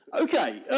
Okay